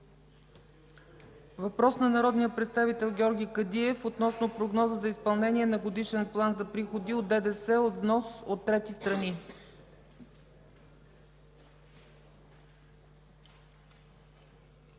Въпрос от народния представител Георги Кадиев относно прогноза за изпълнение на годишен план за приходи от ДДС от внос от трети страни.